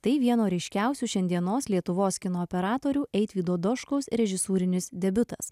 tai vieno ryškiausių šiandienos lietuvos kino operatorių eitvydo doškaus režisūrinis debiutas